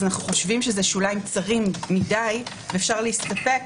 אנו חשובים שאלה שולים צרים מדי ואפשר להסתפק